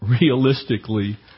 realistically